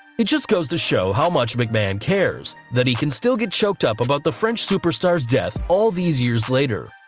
it just goes to show how much mcmahon cares, that he can still get choked up about the french superstar's death all these years later.